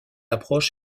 approche